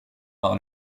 par